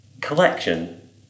collection